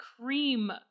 cream